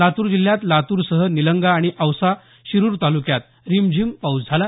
लातूर जिल्ह्यात लातूरसह निलंगा आणि औसा शिरुर तालुक्यात रिमझीम पाऊस झाला